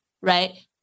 right